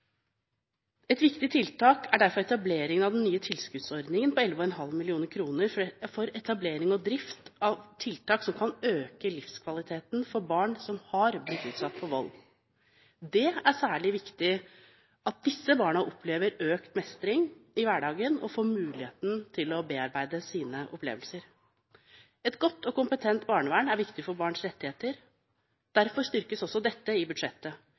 Et viktig tiltak er derfor etablering av den nye tilskuddsordningen på 11,5 mill. kr for etablering og drift av tiltak som kan øke livskvaliteten for barn som har blitt utsatt for vold. Det er særlig viktig at disse barna opplever økt mestring i hverdagen og får muligheten til å bearbeide sine opplevelser. Et godt og kompetent barnevern er viktig for barns rettigheter, derfor styrkes også dette i budsjettet.